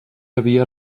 havia